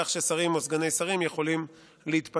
בכך ששרים או סגני שרים יכולים להתפנות